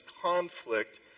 conflict